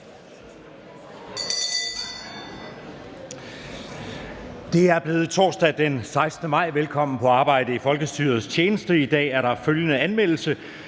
Det er blevet torsdag den 16. maj. Velkommen på arbejde i folkestyrets tjeneste. Mødet er åbnet. I dag er der følgende anmeldelse: